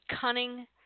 cunning